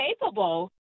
capable